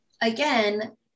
again